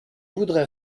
voudrais